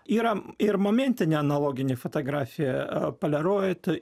yra ir momentinė analoginė fotografija poliaroid